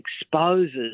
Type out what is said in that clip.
exposes